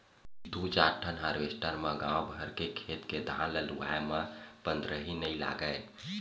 दू चार ठन हारवेस्टर म गाँव भर के खेत के धान ल लुवाए म पंदरही नइ लागय